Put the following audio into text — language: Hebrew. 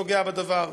שנוגע בדבר,